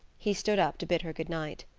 he stood up to bid her good night.